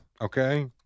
Okay